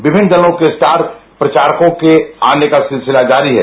विभिन्न दलों के स्टार प्रचारकों के आने का सिलसिला जारी है